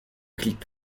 clip